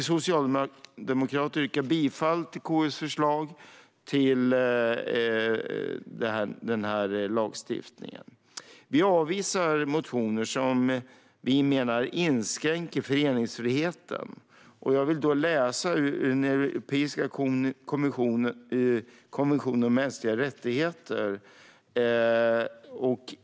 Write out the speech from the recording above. Vi socialdemokrater yrkar bifall till KU:s förslag till lagstiftning. Vi avvisar motioner som vi menar inskränker föreningsfriheten. Jag vill läsa ur den europeiska konventionen om de mänskliga rättigheterna.